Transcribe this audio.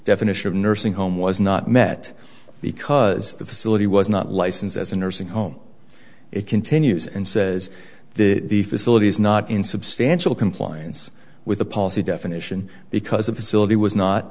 definition of nursing home was not met because the facility was not licensed as a nursing home it continues and says the facility is not in substantial compliance with the policy definition because of facility was not